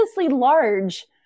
large